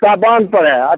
साबान पर है अत